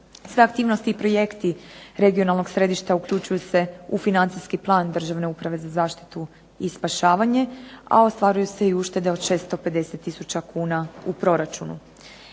Sve aktivnosti i projekti regionalnog središta uključuju se u financijski plan Državne uprave za zaštitu i spašavanje, a ostvaruju se i uštede od 650000 kuna u proračunu.